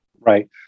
Right